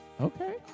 okay